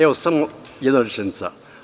Evo, samo jedna rečenica.